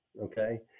okay